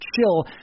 chill